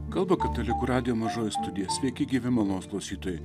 kalba katalikų radijo mažoji studija sveiki gyvi malonūs klausytojai